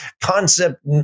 concept